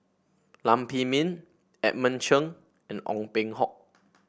Lam Pin Min Edmund Chen and Ong Peng Hock